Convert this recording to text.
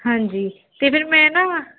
ਹਾਂਜੀ ਅਤੇ ਫਿਰ ਮੈਂ ਨਾ